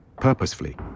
Purposefully